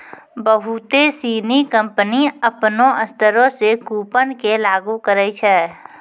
बहुते सिनी कंपनी अपनो स्तरो से कूपन के लागू करै छै